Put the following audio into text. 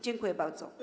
Dziękuję bardzo.